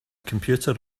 computer